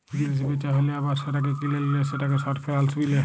জিলিস বেচা হ্যালে আবার সেটাকে কিলে লিলে সেটাকে শর্ট ফেলালস বিলে